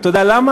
אתה יודע למה?